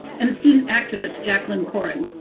and a student activist, jaclyn corin,